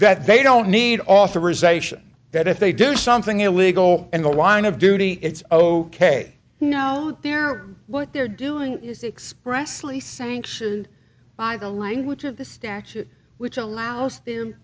that they don't need authorization that if they do something illegal in the line of duty it's ok no they're what they're doing is express lee sanctioned by the language of the statute which allows them